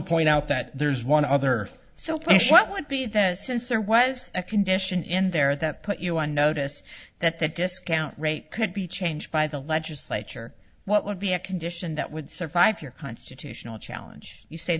point out that there's one other so what would be that since there was a condition in there that put you on notice that that discount rate could be changed by the legislature what would be a condition that would survive your constitutional challenge you say